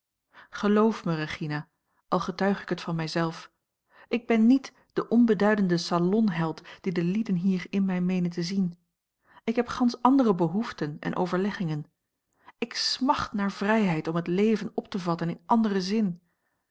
geloof mij regina al getuig ik het van mij zelf ik ben niet de onbeduidende salonheld dien de lieden hier in mij meenen te zien ik heb gansch andere behoeften en overleggingen ik smacht naar vrijheid om het leven op te vatten in anderen zin